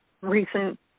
recent